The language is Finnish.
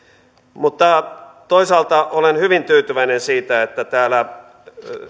mutta toisaalta olen hyvin tyytyväinen siitä että täällä